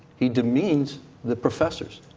he demeans the professors.